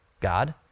God